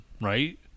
right